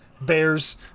Bears